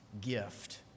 gift